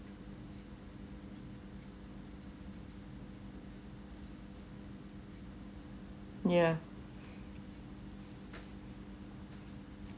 yeah